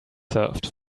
served